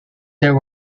there